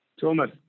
Thomas